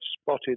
spotted